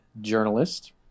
journalist